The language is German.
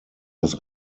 das